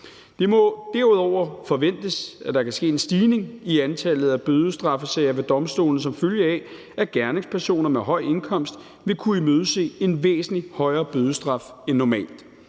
Det må derudover forventes, at der kan ske en stigning i antallet af bødestraffesager ved domstolene som følge af, at gerningspersoner med høj indkomst vil kunne imødese en væsentlig højere bødestraf end normalt.